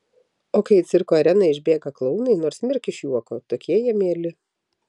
o kai į cirko areną išbėga klounai nors mirk iš juoko tokie jie mieli